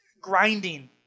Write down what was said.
grinding